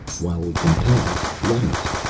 while we can pass, let us.